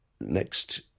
Next